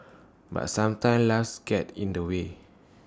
but sometimes life's get in the way